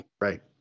Right